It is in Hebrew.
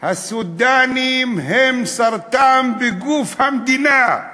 הסודאנים הם סרטן בגוף המדינה.